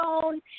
phone